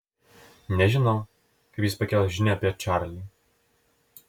nežinau kaip jis pakels žinią apie čarlį